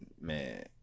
man